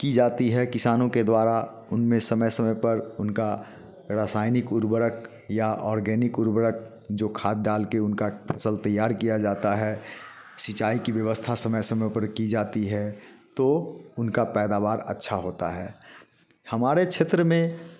की जाती है किसानों के द्वारा उनमें समय समय पर उनका रासायनिक उर्वरक या ऑर्गेनिक उर्वरक जो खाद डाल के उनका फसल तैयार किया जाता है सिंचाई की व्यवस्था समय समय पर की जाती है तो उनका पैदावार अच्छा होता है हमारे क्षेत्र में